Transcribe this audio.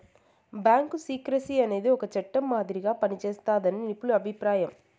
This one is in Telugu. బ్యాంకు సీక్రెసీ అనేది ఒక చట్టం మాదిరిగా పనిజేస్తాదని నిపుణుల అభిప్రాయం